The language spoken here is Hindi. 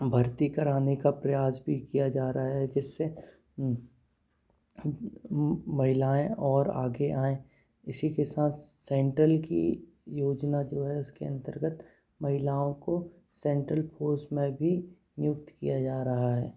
भर्ती कराने का प्रयास भी किया जा रहा है जिससे महिलाऍं और आगे आएँ इसी के साथ सेंट्रल की योजना जो है उसके अन्तर्गत महिलाओं को सेंट्रल फोस में भी नियुक्त किया जा रहा है